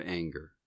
anger